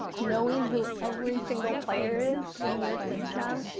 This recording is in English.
knowing who every single player is in your system,